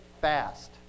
fast